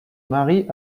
marie